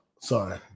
Sorry